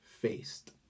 faced